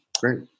great